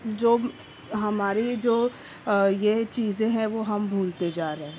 جو ہماری جو یہ چیزیں ہیں وہ ہم بھولتے جا رہے ہیں